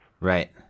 Right